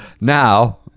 Now